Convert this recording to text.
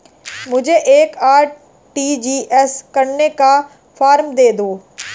मुझे एक आर.टी.जी.एस करने का फारम दे दो?